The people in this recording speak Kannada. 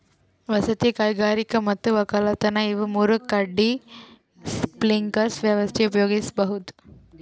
ವಸತಿ ಕೈಗಾರಿಕಾ ಮತ್ ವಕ್ಕಲತನ್ ಇವ್ ಮೂರ್ ಕಡಿ ಸ್ಪ್ರಿಂಕ್ಲರ್ ವ್ಯವಸ್ಥೆ ಉಪಯೋಗಿಸ್ಬಹುದ್